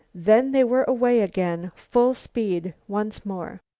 then they were away again, full speed once more.